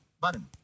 Button